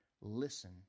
listen